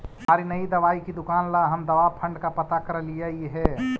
हमारी नई दवाई की दुकान ला हम दवा फण्ड का पता करलियई हे